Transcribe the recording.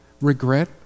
regret